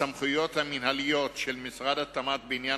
הסמכויות המינהליות של משרד התמ"ת בעניין